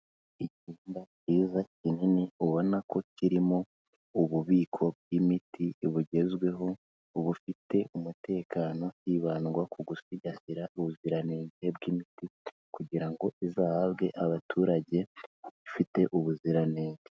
Icyumba cyiza, kinini, ubona ko kirimo ububiko bw'imiti bugezweho, ubufite umutekano hibandwa ku gusigasira ubuziranenge bw'imiti kugira ngo izahabwe abaturage ifite ubuziranenge.